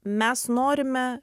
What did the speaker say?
mes norime